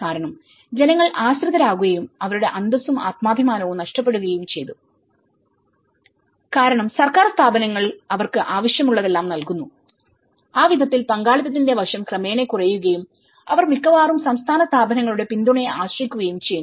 കാരണം ജനങ്ങൾ ആശ്രിതരാകുകയും അവരുടെ അന്തസ്സും ആത്മാഭിമാനവും നഷ്ടപ്പെടുകയും ചെയ്തുകാരണം സർക്കാർ സ്ഥാപനങ്ങൾ അവർക്ക് ആവശ്യമുള്ളതെല്ലാം നൽകുന്നു ആ വിധത്തിൽ പങ്കാളിത്തത്തിന്റെ വശം ക്രമേണ കുറയുകയും അവർ മിക്കവാറും സംസ്ഥാന സ്ഥാപനങ്ങളുടെ പിന്തുണയെ ആശ്രയിക്കുകയും ചെയ്യുന്നു